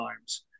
times